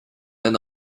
and